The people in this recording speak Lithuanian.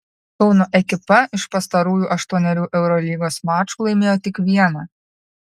kauno ekipa iš pastarųjų aštuonerių eurolygos mačų laimėjo tik vieną